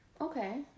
Okay